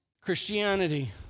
Christianity